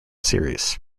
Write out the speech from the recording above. series